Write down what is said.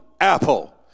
apple